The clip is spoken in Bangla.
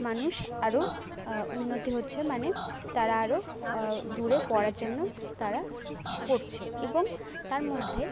মানুষ আরো উন্নতি হচ্ছে মানে তারা আরও দূরে পড়ার জন্য তারা পড়ছে এবং তার মধ্যে